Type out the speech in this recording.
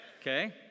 Okay